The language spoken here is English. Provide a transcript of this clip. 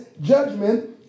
judgment